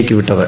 ക്ക് വിട്ടത്